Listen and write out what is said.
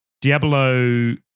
Diablo